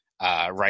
right